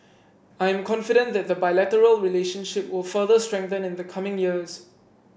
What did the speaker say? I am confident that the bilateral relationship will further strengthen in the coming years